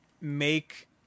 make